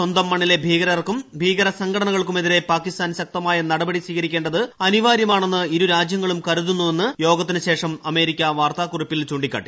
സ്വന്തം മണ്ണിലെ ഭീകരർക്കും ഭീകരസംഘടനകൾക്കുമെതിരെ പാകിസ്ഥാൻ ശക്തമായ നടപടി സ്വീകരിക്കേണ്ടത് അനിവാര്യമാണെന്ന് ഇരുരാജ്യങ്ങളും കരുതുന്നുവെന്ന് യോഗത്തിന് ശേഷം അമേരിക്ക വാർത്താക്കുറിപ്പിൽ ചൂണ്ടിക്കാട്ടി